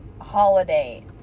holiday